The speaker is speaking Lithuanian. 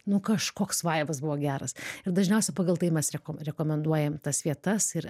nu kažkoks vaibas buvo geras ir dažniausiai pagal tai mes rekom rekomenduojam tas vietas ir